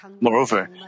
Moreover